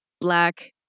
black